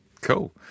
Cool